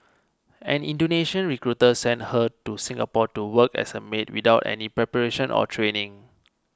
an Indonesian recruiter sent her to Singapore to work as a maid without any preparation or training